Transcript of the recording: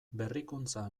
berrikuntza